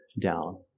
down